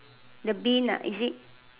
the Bean ah is it